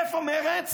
איפה מרצ?